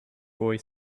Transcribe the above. boy